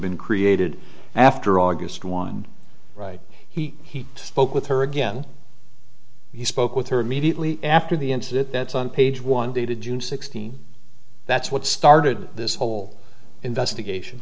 been created after august one right he he spoke with her again he spoke with her immediately after the incident that's on page one dated june sixteenth that's what started this whole investigation